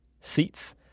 seats